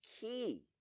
key